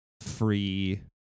free